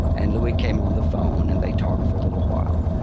and louis came on the phone, and they talked for a little while.